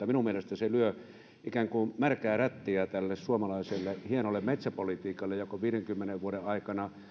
minun mielestäni se ikään kuin lyö märkää rättiä tälle suomalaiselle hienolle metsäpolitiikalle joka on viidenkymmenen vuoden aikana